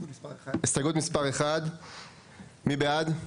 הסתייגות מספר 1. מי בעד?